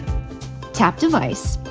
tap device.